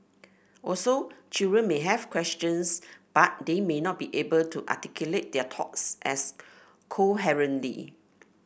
also children may have questions but they may not be able to articulate their thoughts as coherently